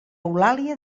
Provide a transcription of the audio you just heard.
eulàlia